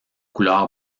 couleur